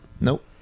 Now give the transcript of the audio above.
Nope